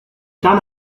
done